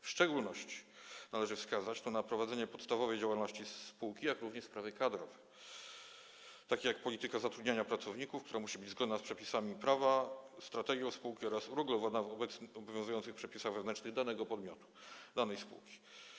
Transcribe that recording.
W szczególności należy wskazać tu na prowadzenie podstawowej działalności spółki, jak również sprawy kadrowe, takie jak polityka zatrudniania pracowników, która musi być zgodna z przepisami prawa, strategią spółki oraz uregulowana według obowiązujących przepisów wewnętrznych danego podmiotu, danej spółki.